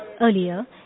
Earlier